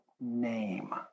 name